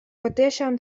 patiešām